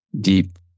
deep